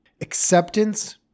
Acceptance